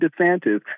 DeSantis